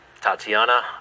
Tatiana